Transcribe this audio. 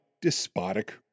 despotic